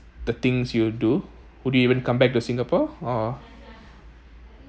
the things you'd would you even come back to singapore or